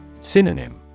Synonym